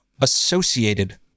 associated